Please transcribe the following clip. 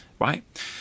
right